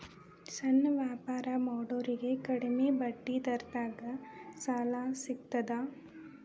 ಸಣ್ಣ ವ್ಯಾಪಾರ ಮಾಡೋರಿಗೆ ಕಡಿಮಿ ಬಡ್ಡಿ ದರದಾಗ್ ಸಾಲಾ ಸಿಗ್ತದಾ?